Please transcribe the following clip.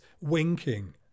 winking